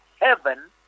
heaven